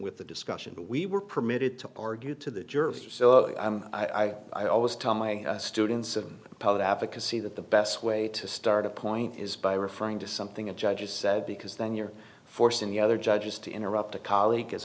with the discussion that we were permitted to argue to the juror so i don't i always tell my students of public advocacy that the best way to start a point is by referring to something a judge has said because then you're forcing the other judges to interrupt a colleague as